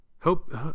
hope